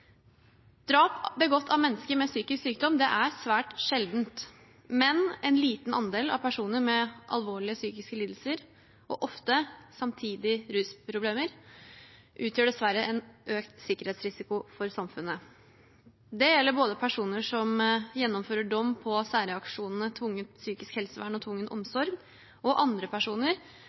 Drap begått av mennesker med psykisk sykdom skjer svært sjelden, men en liten andel av personer med alvorlige psykiske lidelser – og ofte samtidig rusproblemer – utgjør dessverre en økt sikkerhetsrisiko for samfunnet. Det gjelder både personer som gjennomfører dom på særreaksjonene tvungent psykisk helsevern og tvungen omsorg, og andre personer,